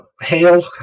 hail